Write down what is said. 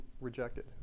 rejected